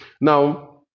Now